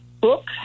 book